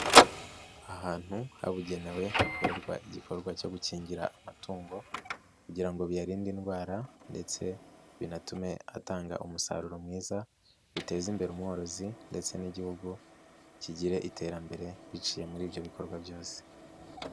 Ahantu habugenewe hakorerwa igikorwa cyo gukingira amatungo kugira ngo biyarinde indwara ndetse binatume atanga umusaruro mwiza, biteze imbere umworozi ndetse n'Igihugu kigire iterambere biciye muri ibyo bikorwa byose.